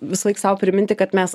visąlaik sau priminti kad mes